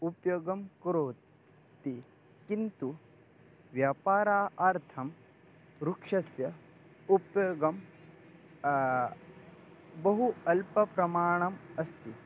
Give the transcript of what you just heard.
उपयोगं करोति किन्तु व्यापारार्थं वृक्षस्य उपयोगं बहु अल्पप्रमाणम् अस्ति